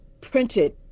printed